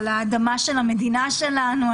על האדמה של המדינה שלנו,